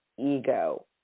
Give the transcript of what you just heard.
ego